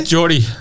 Jordy